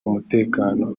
umutekano